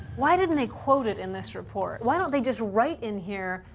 why didn't they quote it in this report? why don't they just write in here,